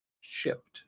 shipped